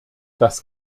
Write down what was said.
das